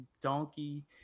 donkey